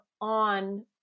on